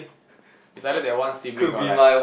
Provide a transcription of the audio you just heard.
is either that one sibling or like